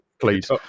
Please